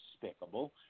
despicable